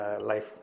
life